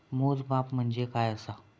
मोजमाप म्हणजे काय असा?